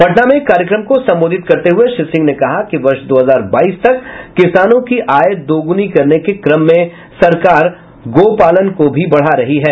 पटना में एक कार्यक्रम को संबोधित करते हुए श्री सिंह ने कहा कि वर्ष दो हजार बाईस तक किसानों की आय दुगुनी करने के क्रम में सरकार गोपालन को भी बढ़ा रही है